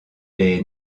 les